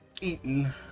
eaten